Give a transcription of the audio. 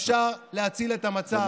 אפשר להציל את המצב.